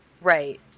Right